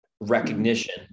recognition